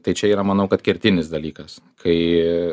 tai čia yra manau kad kertinis dalykas kai